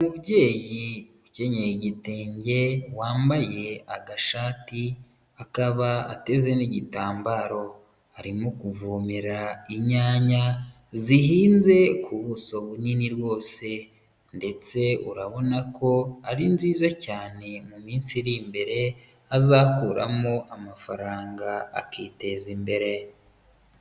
Umubyeyi ukenyeye igitenge wambaye agashati akaba ateze n'igitambaro, arimo kuvomera inyanya zihinze ku buso bunini rwose ndetse urabona ko ari nziza cyane mu minsi iri imbere azakuramo amafaranga akiteza imbere.